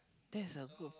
that's a good